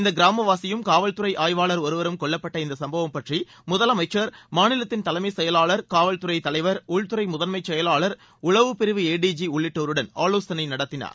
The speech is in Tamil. இந்த கிராமவாசியும் காவல் துறை ஆய்வாளர் ஒருவரும் கொல்லப்பட்ட இந்த சும்பவம் பற்றி முதலமைச்சா் மாநிலத்தின் தலைமை செயலாளா் காவல்துறை தலைவா் உள்துறை முதன்மை செயலாளா் உளவு பிரிவு எடிஜி உள்ளிட்டோருடன் ஆலோசனை நடத்தினார்